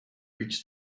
reached